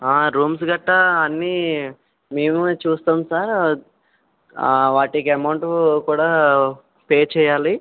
rooms గట్రా అన్నీ మేమే చూస్తాం సార్ వాటికి అమౌంట్ కూడా పే చెయ్యాలి